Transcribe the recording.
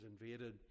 invaded